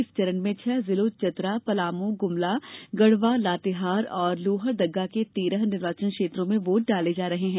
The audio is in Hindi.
इस चरण में छह जिलों चतरा पलामू गुमला गढ़वा लातेहार और लोहरदग्गा के तेरह निर्वाचन क्षेत्रों में वोट डाले जा रहे हैं